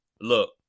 look